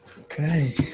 Okay